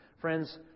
Friends